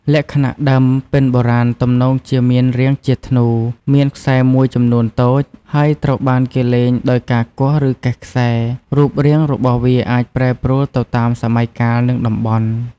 លក្ខណៈដើម ពិណបុរាណទំនងជាមានរាងជាធ្នូ មានខ្សែមួយចំនួនតូច ហើយត្រូវបានគេលេងដោយការគោះ ឬកេះខ្សែ រូបរាងរបស់វាអាចប្រែប្រួលទៅតាមសម័យកាល និងតំបន់។